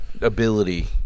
ability